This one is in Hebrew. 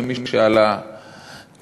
שמי שעלה מאז,